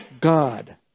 God